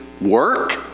work